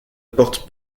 porte